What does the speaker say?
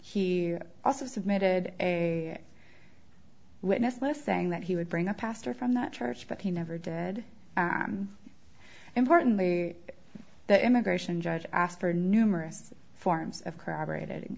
he also submitted a witness list saying that he would bring the pastor from that church but he never did importantly the immigration judge asked for numerous forms of corroborated